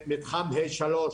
מתחם A3,